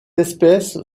espèce